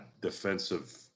defensive